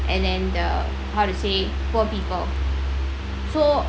and then the how to say poor people so